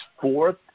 fourth